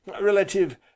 relative